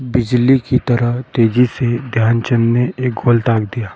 बिजली की तरह तेज़ी से ध्यानचंद ने एक गोल दाग दिया